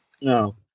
No